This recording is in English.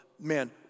man